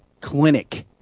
clinic